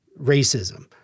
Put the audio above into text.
racism